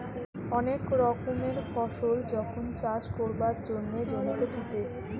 অনেক রকমের ফসল যখন চাষ কোরবার জন্যে জমিতে পুঁতে